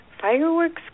Fireworks